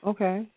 Okay